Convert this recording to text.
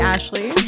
Ashley